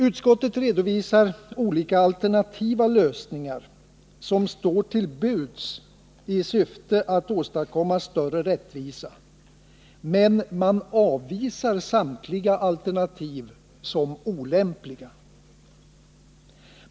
Utskottet redovisar olika alternativa lösningar som står till buds i syfte att åstadkomma större rättvisa, men man avvisar samtliga alternativ som olämpliga.